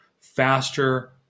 faster